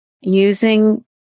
using